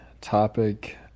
topic